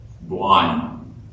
blind